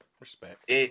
respect